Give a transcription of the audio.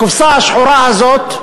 הקופסה השחורה הזאת,